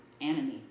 Anime